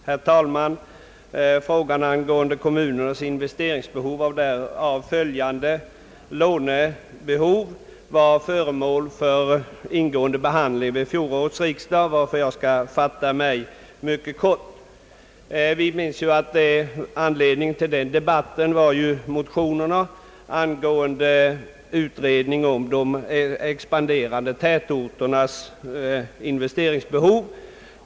Herr talman! Kommunernas investeringsbehov och därav följande lånebehov var föremål för ingående behandling vid fjolårets riksdag, varför jag skall fatta mig mycket kort. Vi minns att anledningen till den debatten var motionerna angående en utredning av de expanderande tätorternas investeringsbehov.